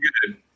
good